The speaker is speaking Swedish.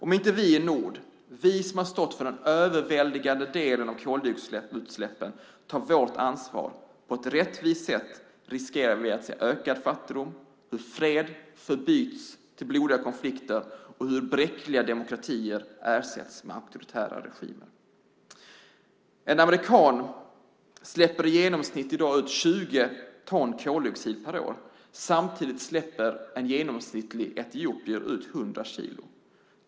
Om inte vi i nord, vi som har stått för den överväldigande delen av koldioxidutsläppen, tar vårt ansvar på ett rättvist sätt riskerar vi att se ökad fattigdom, hur fred förbyts till blodiga konflikter och hur bräckliga demokratier ersätts med auktoritära regimer. En amerikan släpper i dag i genomsnitt ut 20 ton koldioxid per år, samtidigt släpper en genomsnittlig etiopier ut 100 kilo.